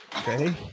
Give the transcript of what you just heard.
Okay